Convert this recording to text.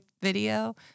video